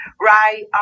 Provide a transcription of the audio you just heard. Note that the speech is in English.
Right